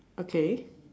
okay